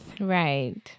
Right